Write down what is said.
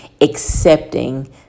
accepting